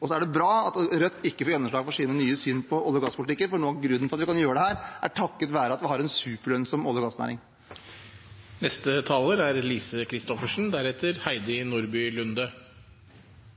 Det bra at Rødt ikke får gjennomslag for sine nye syn på olje- og gasspolitikken, for noe av grunnen til at vi kan gjøre dette, er takket være at vi har en superlønnsom olje- og gassnæring. Takk til interpellanten for at hun reiser spørsmål som mange er